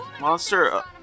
monster